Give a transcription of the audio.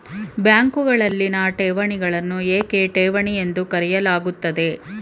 ಬ್ಯಾಂಕುಗಳಲ್ಲಿನ ಠೇವಣಿಗಳನ್ನು ಏಕೆ ಠೇವಣಿ ಎಂದು ಕರೆಯಲಾಗುತ್ತದೆ?